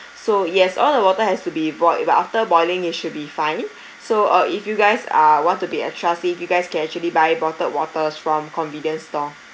so yes all the water has to be boiled but after boiling it should be fine so uh if you guys are want to be extra safe you guys can actually buy bottled waters from convenience store